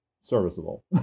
serviceable